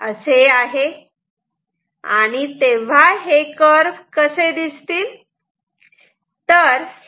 आणि तेव्हा हे कर्व कसे दिसतील